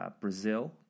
Brazil